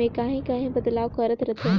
में काहीं काहीं बदलाव करत रहथे